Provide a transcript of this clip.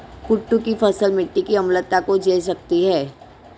कुट्टू की फसल मिट्टी की अम्लता को झेल लेती है